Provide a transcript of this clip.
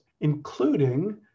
including